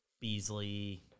Beasley